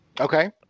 okay